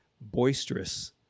boisterous